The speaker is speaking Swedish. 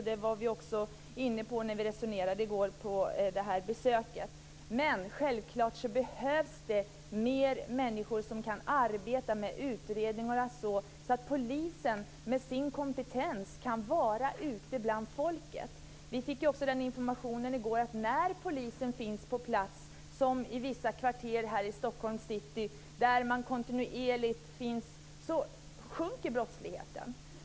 Det var vi också inne på i resonemangen under besöket. Men självklart behövs det fler människor som kan arbeta med utredningar, så att polisen med sin kompetens kan vara ute bland folket. Vi fick också information i går om att när polisen finns på plats - som t.ex. i vissa kvarter i Stockholms city - sjunker brottsligheten.